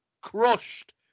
crushed